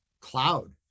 cloud